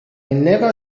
never